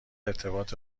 ارتباط